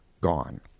gone